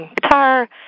guitar